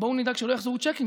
בואו נדאג שלא יחזרו צ'קים,